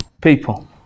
people